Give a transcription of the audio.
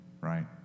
right